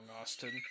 Austin